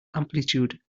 amplitude